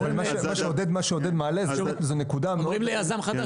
מה שעודד מעלה זה נקודה מאוד --- אומרים ליזם חדש